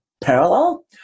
parallel